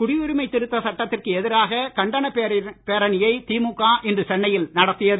குடியுரிமை திருத்த சட்டத்திற்கு எதிராக கண்டன பேரணியை திமுக இன்று சென்னையில் நடத்தியது